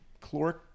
caloric